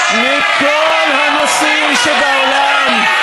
מכל הנושאים שבעולם.